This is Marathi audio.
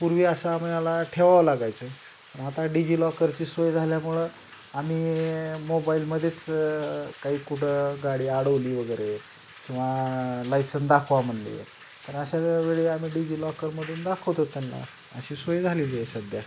पूर्वी असा आम्हाला ठेवावं लागायचं आहे मग आता डिजिलॉकरची सोय झाल्यामुळं आम्ही मोबाईलमध्येच काही कुठं गाडी अडवली वगैरे किंवा लायसन दाखवा म्हणाले तर अशा वेळी आम्ही डिजिलॉकरमधून दाखवतो त्यांना अशी सोय झाली आहे सध्या